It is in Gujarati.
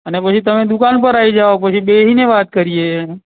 અને પછી તમે દુકાન પર આવી જાવ પછી બેસીને વાત કરીએ